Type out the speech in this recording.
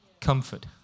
comfort